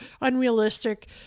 unrealistic